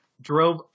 drove